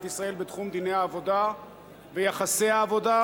ישראל בתחום דיני העבודה ויחסי העבודה.